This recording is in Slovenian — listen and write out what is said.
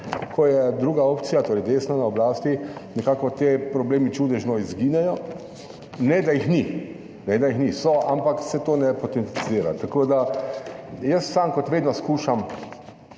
Ko je druga opcija, torej desna na oblasti, nekako ti problemi čudežno izginejo, ne da jih ni, ne da jih ni, so, ampak se to ne potencira. Tako da, jaz sam, kot vedno skušam